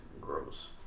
gross